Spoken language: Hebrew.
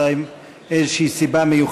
אלא אם כן יש איזו סיבה מיוחדת,